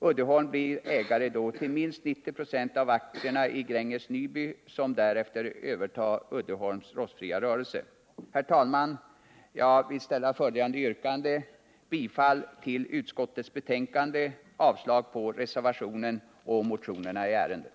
Uddeholms blir ägare till minst 90 96 av aktierna i Gränges Nyby, som därefter övertar Uddeholms rostfria rörelse. Herr talman! Jag vill yrka bifall till utskottets hemställan, vilket innebär avslag på reservationen och motionerna i ärendet.